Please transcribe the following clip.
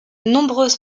nombreuses